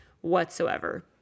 whatsoever